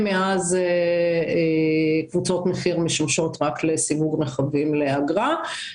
מאז קבוצות מחיר משמשות רק לסיווג רכבים לאגרה.